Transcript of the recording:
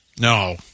No